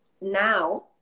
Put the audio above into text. now